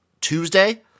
Tuesday